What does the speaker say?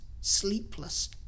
sleepless